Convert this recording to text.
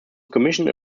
commissioned